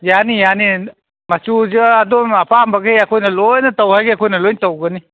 ꯌꯥꯅꯤ ꯌꯥꯅꯤ ꯃꯆꯨꯁꯨ ꯑꯗꯣꯝꯅ ꯑꯄꯥꯝꯕꯒꯩ ꯑꯩꯈꯣꯏꯅ ꯂꯣꯏꯅ ꯇꯧ ꯍꯥꯏꯒꯩ ꯑꯩꯈꯣꯏꯅ ꯂꯣꯏꯅ ꯇꯧꯒꯅꯤ